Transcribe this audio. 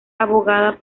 abogada